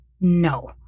No